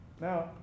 Now